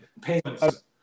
payments